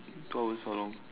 two hours how long